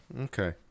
Okay